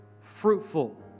fruitful